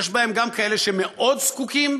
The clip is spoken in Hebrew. יש בהם גם כאלה שמאוד זקוקים,